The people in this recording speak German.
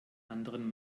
anderen